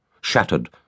Shattered